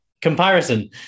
comparison